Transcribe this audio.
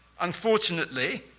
unfortunately